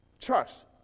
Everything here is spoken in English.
Trust